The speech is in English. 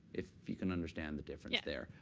if you can understand the difference there.